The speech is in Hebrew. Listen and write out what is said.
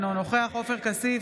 אינו נוכח עופר כסיף,